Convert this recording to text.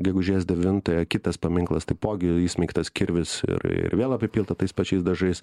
gegužės dvintąją kitas paminklas taipogi įsmeigtas kirvis ir ir vėl apipilta tais pačiais dažais